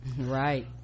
right